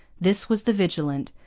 this was the vigilant,